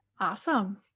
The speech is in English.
Awesome